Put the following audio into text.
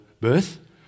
birth